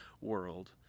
world